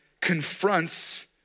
confronts